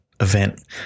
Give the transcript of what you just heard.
event